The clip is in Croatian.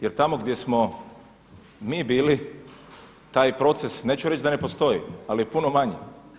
Jer tamo gdje smo mi bili taj proces neću reći da ne postoji, ali je puno manji.